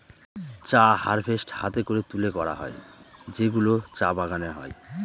চা হারভেস্ট হাতে করে তুলে করা হয় যেগুলো চা বাগানে হয়